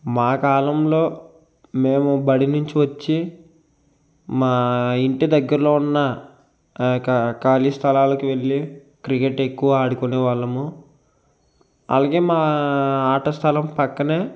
మా కాలంలో మేము బడి నుంచి వచ్చి మా ఇంటి దగ్గరలో ఉన్న ఖాళీ స్థలాలకి వెళ్ళి క్రికెట్ ఎక్కువ ఆడుకునేవాళ్ళము అలాగే మా ఆటస్థలం పక్కనే